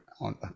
on